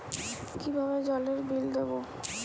কিভাবে জলের বিল দেবো?